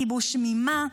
כיבוש ממה?